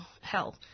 hell